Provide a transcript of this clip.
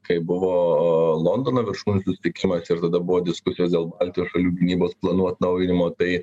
kai buvo londono viršūnių susitikimas ir tada buvo diskusijos dėl baltijos šalių gynybos planų atnaujinimo tai